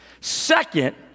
Second